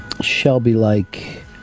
Shelby-like